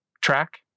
track